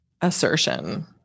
assertion